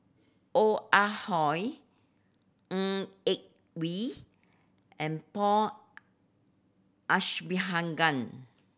Ong Ah Hoi Ng Yak Whee and Paul